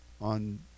on